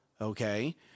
Okay